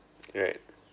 right